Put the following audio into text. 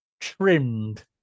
trimmed